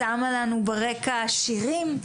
שמה לנו ברגע שירים,